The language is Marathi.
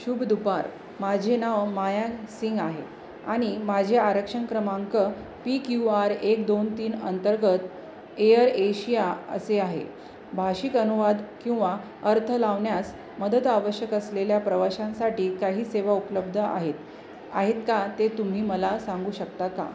शुभ दुपार माझे नाव माया सिंग आहे आणि माझे आरक्षण क्रमांक पी क्यू आर एक दोन तीन अंतर्गत एअर एशिया असे आहे भाषिक अनुवाद किंवा अर्थ लावण्यास मदत आवश्यक असलेल्या प्रवाशांसाठी काही सेवा उपलब्ध आहेत आहेत का ते तुम्ही मला सांगू शकता का